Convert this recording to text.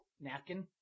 napkin